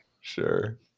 Sure